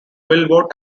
billboard